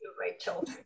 rachel